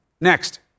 Next